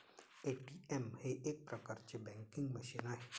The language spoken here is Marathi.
ए.टी.एम हे एक प्रकारचे बँकिंग मशीन आहे